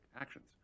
actions